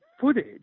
footage